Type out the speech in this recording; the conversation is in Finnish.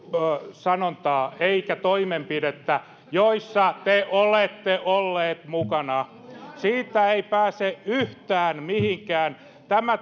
sanontaa eikä toimenpidettä siihen jossa te olette olleet mukana siitä ei pääse yhtään mihinkään tämä